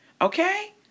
okay